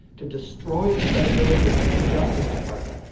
to destroy the credibility of his own justice department,